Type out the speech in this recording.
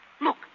look